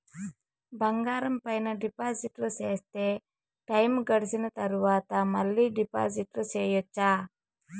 బంగారం పైన డిపాజిట్లు సేస్తే, టైము గడిసిన తరవాత, మళ్ళీ డిపాజిట్లు సెయొచ్చా?